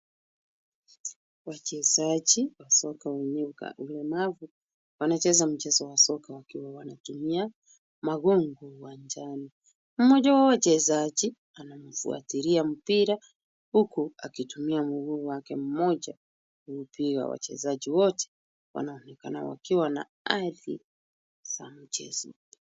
Wachezaji wa soka wenye hulka za walemavu wanacheza mchezo wa soka wakiwa wanatumia magogo uwanjani. Mmoja wa hao wachezaji anaifuatilia mpira uku akitumia mguu wake mmoja, huku pia wachezaji wote wanaonekana wakiwa na hadhi za mchezo.